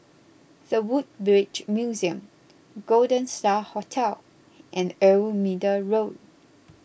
the Woodbridge Museum Golden Star Hotel and Old Middle Road